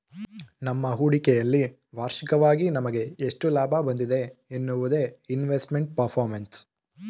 ನಮ್ಮ ಹೂಡಿಕೆಯಲ್ಲಿ ವಾರ್ಷಿಕವಾಗಿ ನಮಗೆ ಎಷ್ಟು ಲಾಭ ಬಂದಿದೆ ಎನ್ನುವುದೇ ಇನ್ವೆಸ್ಟ್ಮೆಂಟ್ ಪರ್ಫಾರ್ಮೆನ್ಸ್